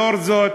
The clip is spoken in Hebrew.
לאור זאת,